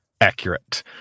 accurate